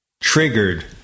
triggered